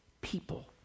people